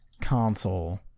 console